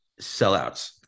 Sellouts